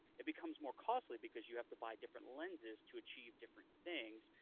it becomes more costly because you have to buy different lenses to achieve different things,